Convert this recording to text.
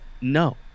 No